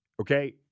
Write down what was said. okay